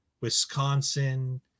Wisconsin